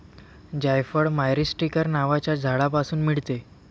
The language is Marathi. जायफळ मायरीस्टीकर नावाच्या झाडापासून मिळते